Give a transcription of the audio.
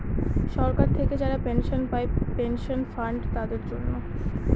সরকার থেকে যারা পেনশন পায় পেনশন ফান্ড তাদের জন্য